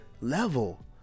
level